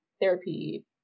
therapy